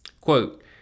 Quote